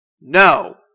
no